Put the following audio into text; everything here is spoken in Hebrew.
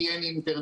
כי אין אינטרנט,